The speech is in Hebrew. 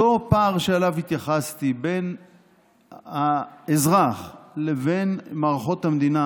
אותו פער שאליו התייחסתי בין האזרח לבין מערכות המדינה